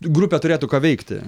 grupė turėtų ką veikti